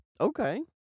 Okay